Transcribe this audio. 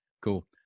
Cool